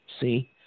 See